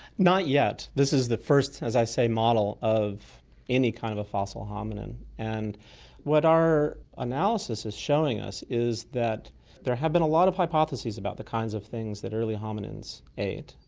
not yet. this is the first, as i say, model of any kind of a fossil hominine, and what our analysis is showing is that there have been a lot of hypotheses about the kinds of things that early hominines ate,